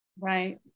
Right